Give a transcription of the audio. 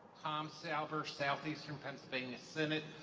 tom salver, southeastern pennsylvania synod.